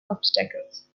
obstacles